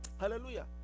Hallelujah